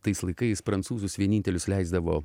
tais laikais prancūzus vienintelius leisdavo